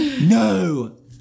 No